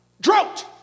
drought